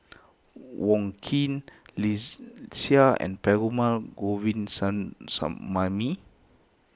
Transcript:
Wong Keen Seah and Perumal